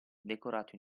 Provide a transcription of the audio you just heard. decorato